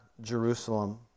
Jerusalem